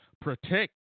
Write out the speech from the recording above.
protect